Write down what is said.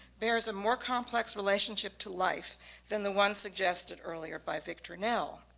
bears a more complex relationship to life than the one suggested earlier by victor nell.